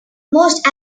most